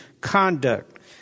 conduct